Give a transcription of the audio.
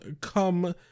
come